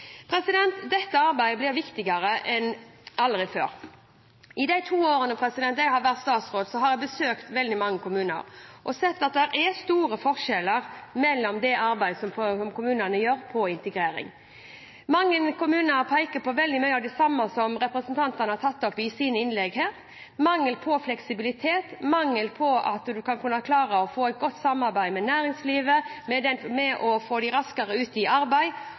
Dette arbeidet blir viktigere enn noen gang før. I de to årene jeg har vært statsråd, har jeg besøkt veldig mange kommuner og sett at det er store forskjeller mellom kommunene i det arbeidet de gjør når det gjelder integrering. Mange kommuner peker på veldig mye av det samme som representantene har tatt opp i sine innlegg her: mangel på fleksibilitet, mangel på at man kan klare å få et godt samarbeid med næringslivet for å få folk raskere ut i arbeid.